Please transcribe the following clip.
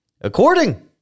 According